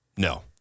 No